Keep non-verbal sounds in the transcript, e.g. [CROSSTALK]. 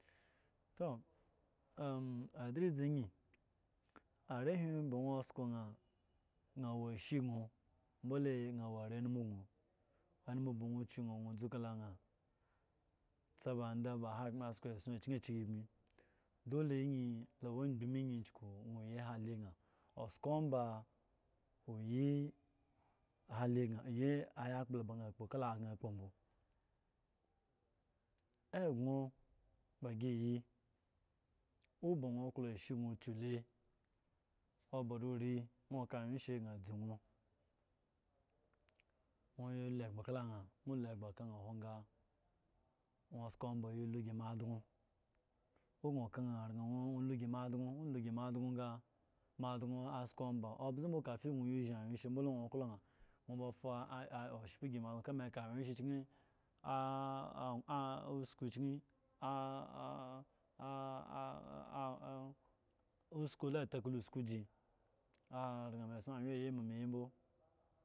[HESITATION] am adlizi when arehwi ban oska na sa awo she gno boleanumu gno anum ngo kyu gno dzu kala ma tsa ba hogbre asko esson akye iki bmi dole ayin la wo obgbi kyuku na yi hali gan osku mba oyi hali yi ayakpolo ga akpo egne bas yi owoba nwo oklo ashe gno kyu le oba oiri nwo ka anwye she na aze gno nwo lo ega kala ha nwo lo egba kala wo ga nwo sko mbo ya lo kala mo adon owo gno ka na nwo lo si ma don nwo lo si mo don obza kafi gno vi shin anwye she mbo la nwo oklo na nwo fa oshpa gi mo donka nwo oka anwye she kye a sko kye a aa uske yi takala usko gi aran me esson anwye ayi mo da me yi mbo